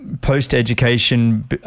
post-education